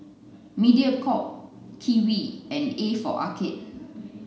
Mediacorp Kiwi and A for Arcade